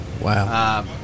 Wow